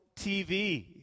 TV